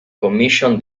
commission